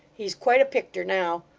he's quite a picter now.